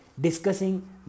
discussing